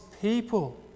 people